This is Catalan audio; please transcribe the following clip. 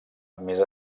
més